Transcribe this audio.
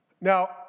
Now